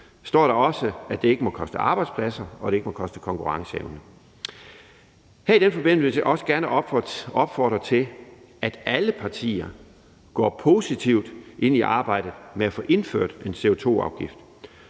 står der også, at det ikke må koste arbejdspladser og det ikke må koste konkurrenceevne. I den forbindelse vil jeg også gerne opfordre til, at alle partier går positivt ind i arbejdet med at få indført en CO2-afgift.